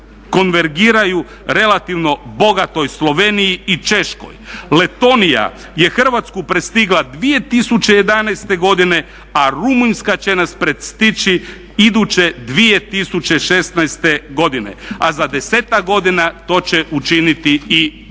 konvergiraju relativno bogatoj Sloveniji i Češkoj. Letonija je Hrvatsku prestigla 2011. godine, a Rumunjska će nas prestići iduće 2016. godine, a za desetak godina to će učiniti i Bugarska.